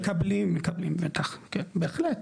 מקבלים, מקבלים, בטח, בהחלט.